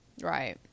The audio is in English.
Right